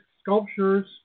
sculptures